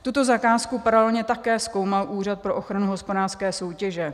Tuto zakázku paralelně také zkoumal Úřad pro ochranu hospodářské soutěže.